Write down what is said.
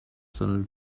sondern